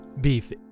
Beef